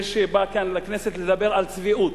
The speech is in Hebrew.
זה שבא כאן לכנסת לדבר על צביעות.